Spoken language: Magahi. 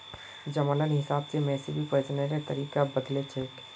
जमानार हिसाब से मवेशी प्रजननेर तरीका बदलछेक